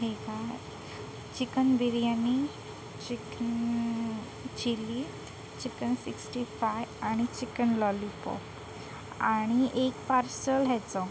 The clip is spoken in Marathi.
हे काय chicken biryani chicken chilli chicken sixty five आणि चिकन लॉलिपॉप आणि एक पार्सल ह्याचं